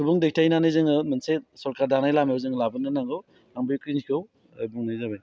सुबुं दैथायनानै जोङो मोनसे सरखार दानाय लामायाव जोङो लाबोनो नांगौ आं बेखिनिखौ ओ बुंनाय जाबाय